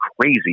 crazy